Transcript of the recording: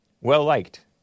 Well-liked